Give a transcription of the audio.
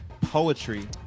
poetry